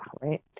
right